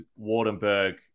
Wardenberg